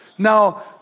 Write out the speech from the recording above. Now